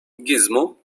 gizmo